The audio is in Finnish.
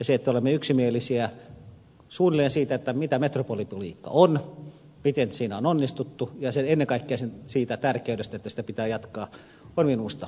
se että olemme suunnilleen yksimielisiä siitä mitä metropolipolitiikka on miten siinä on onnistuttu ja ennen kaikkea siitä tärkeydestä että sitä pitää jatkaa on minusta arvokasta